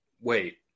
wait